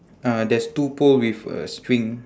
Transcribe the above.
uh there's two pole with a string